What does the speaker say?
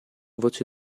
voce